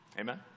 Amen